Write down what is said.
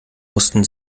mussten